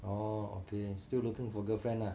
oh okay still looking for girlfriend lah